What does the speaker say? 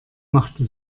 machte